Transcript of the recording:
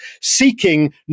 seeking